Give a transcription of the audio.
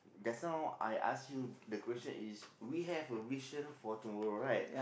just now I ask you the question is we have a vision for tomorrow right